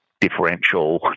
differential